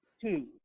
two